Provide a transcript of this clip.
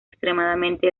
extremadamente